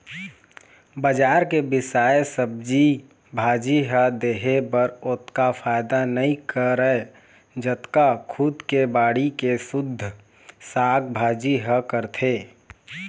बजार के बिसाए सब्जी भाजी ह देहे बर ओतका फायदा नइ करय जतका खुदे के बाड़ी के सुद्ध साग भाजी ह करथे